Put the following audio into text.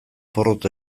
porrot